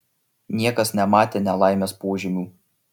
niekas nematė nelaimės požymių